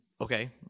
okay